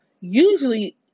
usually